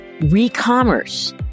re-commerce